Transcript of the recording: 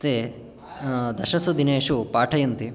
ते दशसु दिनेषु पाठयन्ति